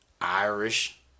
Irish